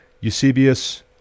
Eusebius